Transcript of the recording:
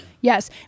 yes